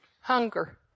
Hunger